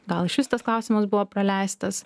gal išvis klausimas buvo praleistas